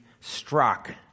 struck